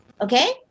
okay